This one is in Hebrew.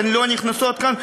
הן לא נכנסות לכאן,